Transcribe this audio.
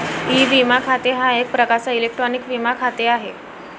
E विमा खाते हा एक प्रकारचा इलेक्ट्रॉनिक विमा खाते आहे